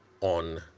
on